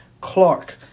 Clark